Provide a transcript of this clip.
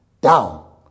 down